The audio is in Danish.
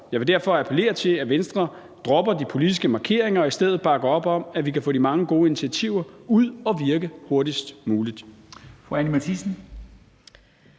Jeg vil derfor appellere til, at Venstre dropper de politiske markeringer og i stedet bakker op om, at vi kan få de mange gode initiativer ud at virke hurtigst muligt.